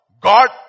God